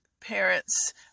parents